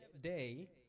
day